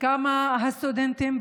כמה הסטודנטים,